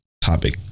topic